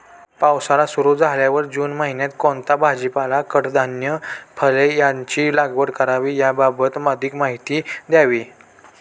पावसाळा सुरु झाल्यावर जून महिन्यात कोणता भाजीपाला, कडधान्य, फळे यांची लागवड करावी याबाबत अधिक माहिती द्यावी?